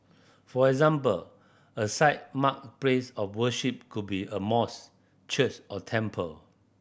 for example a site marked place of worship could be a church or temple